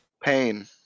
pain